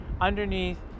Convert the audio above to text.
underneath